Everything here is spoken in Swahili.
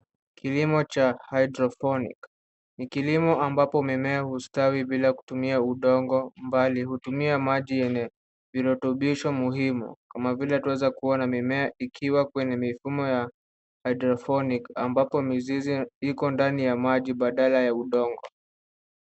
Kilimo cha hydroponic .Ni kilimo ambapo mimea hustawi bila kutumia udongo bali hutumia maji yenye virutubisho muhimu kama vile twaweza kuona mimea ikiwa kwenye mifumo ya hydroponic ambapo mizizi iko ndani ya maji badala ya udongo.